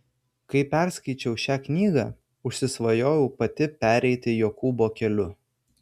kai perskaičiau šią knygą užsisvajojau pati pereiti jokūbo keliu